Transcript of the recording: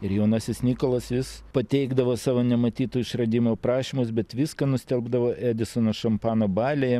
ir jaunasis nikolas vis pateikdavo savo nematytų išradimų aprašymus bet viską nustelbdavo edisono šampano baliai